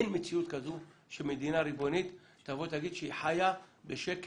אין מציאות כזו שמדינה ריבונית תבוא תגיד שהיא חיה בשקט